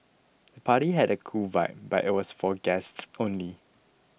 the party had a cool vibe but it was for guests only